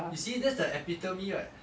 you see that's the epitome [what]